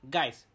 Guys